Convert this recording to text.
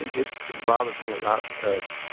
and it bothers me a lot because